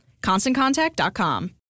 ConstantContact.com